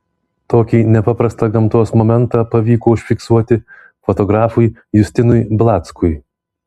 tokį nepaprastą gamtos momentą pavyko užfiksuoti fotografui justinui blackui